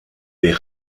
des